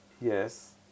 Yes